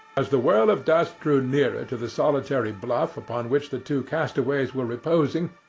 as the whirl of dust drew nearer to the solitary bluff upon which the two castaways were reposing,